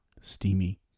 steamy